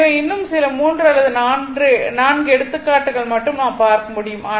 எனவே இன்னும் சில 3 அல்லது 4 எடுத்துக்காட்டுகள் மட்டும் நாம் பார்க்க முடியும்